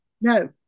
No